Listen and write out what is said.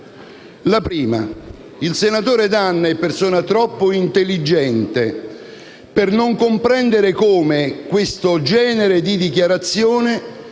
La prima è che il senatore D'Anna è persona troppo intelligente per non comprendere come questo genere di dichiarazioni